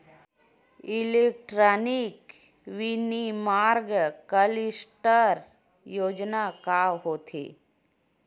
Electronic विनीर्माण cluster योजना का होथे?